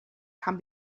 can